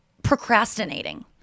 Procrastinating